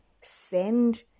Send